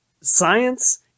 Science